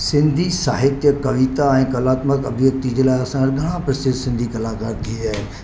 सिंधी साहित्य कविता ऐं कलात्मक अभिव्यक्ति जे लाइ असां घणा प्रसिद्ध सिंधी कलाकार थी विया आहिनि